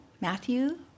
Matthew